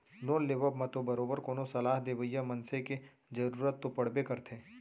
loan लेवब म तो बरोबर कोनो सलाह देवइया मनसे के जरुरत तो पड़बे करथे